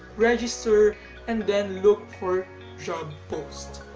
register and then look for job post.